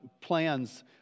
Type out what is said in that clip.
plans